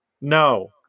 No